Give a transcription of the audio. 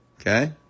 okay